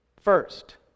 first